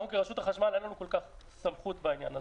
לנו כרשות החשמל אין כל כך סמכות בעניין הזה,